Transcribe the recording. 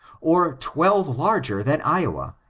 or twelve larger than iowa,